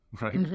right